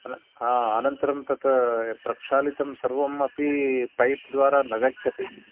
हा अनन्तरं तत् प्रक्षालितं सर्वम् अपि पैप् द्वारा न गच्छति